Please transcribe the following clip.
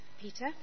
Peter